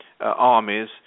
armies